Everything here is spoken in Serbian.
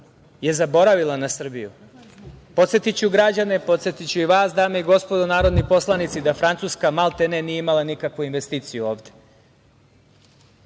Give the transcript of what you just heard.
je zaboravila na Srbiju. Podsetiću građane, podsetiću i vas dame i gospodo narodni poslanici, da Francuska maltene nije imala nikakvu investiciju ovde. Da